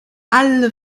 alle